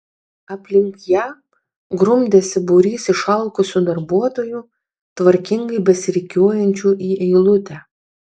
aplink ją grumdėsi būrys išalkusių darbuotojų tvarkingai besirikiuojančių į eilutę